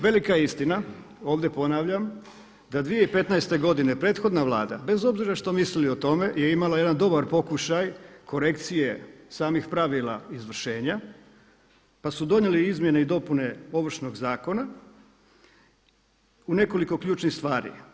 Velika je istina, ovdje ponavljam, da 2015. godine prethodna Vlada bez obzira što mislili o tome je imala jedan dobar pokušaj korekcije samih pravila izvršenja pa su donijeli izmjene i dopune Ovršnog zakona u nekoliko ključnih stvari.